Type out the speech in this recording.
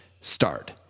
start